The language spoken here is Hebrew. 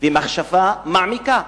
ומחשבה מעמיקה,